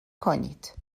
کنید